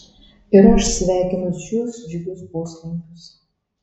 ir aš sveikinu šiuos džiugius poslinkius